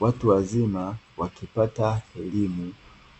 Watu wazima wakipata elimu